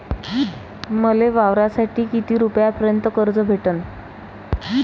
मले वावरासाठी किती रुपयापर्यंत कर्ज भेटन?